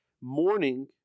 Morning